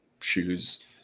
shoes